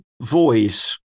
voice